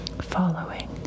following